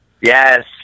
yes